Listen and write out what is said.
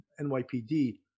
NYPD